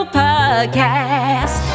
podcast